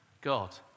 God